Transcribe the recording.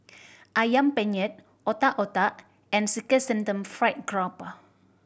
Ayam Penyet Otak Otak and Chrysanthemum Fried Grouper